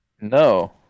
No